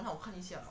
很好看一下